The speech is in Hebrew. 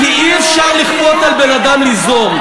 כי אי-אפשר לכפות על בן-אדם ליזום,